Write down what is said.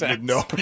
no